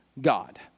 God